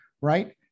right